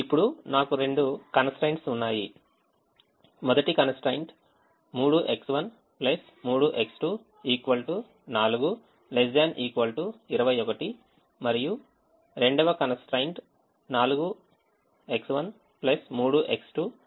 ఇప్పుడు నాకు రెండు constraints ఉన్నాయి మొదటి constraint 3X13X2 4 ≤ 21 మరియు రెండవ constraint 4X1 3X2 ≤ 24